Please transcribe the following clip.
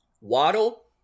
Waddle